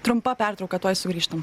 trumpa pertrauka tuoj sugrįžtam